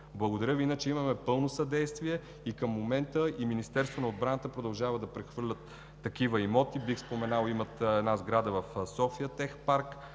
зона. Иначе имаме пълно съдействие. Към момента и в Министерството на отбраната продължават да прехвърлят такива имоти. Бих споменал – имат една сграда в София Тех Парк,